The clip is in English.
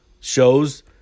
shows